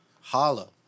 holla